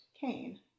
cane